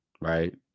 right